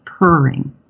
purring